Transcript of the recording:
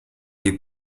you